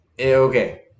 Okay